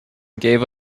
gave